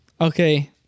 Okay